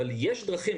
אבל יש דרכים,